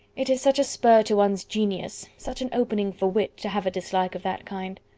it is such a spur to one's genius, such an opening for wit, to have a dislike of that kind.